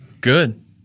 Good